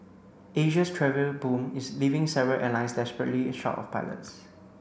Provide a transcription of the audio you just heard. Asia's travel boom is leaving several airlines desperately short of pilots